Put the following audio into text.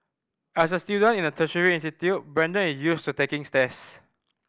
as a student in a tertiary institute Brandon is used to taking